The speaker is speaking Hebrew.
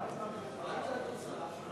מה הייתה התוצאה?